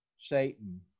Satan